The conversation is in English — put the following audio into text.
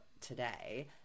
today